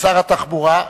שר התחבורה,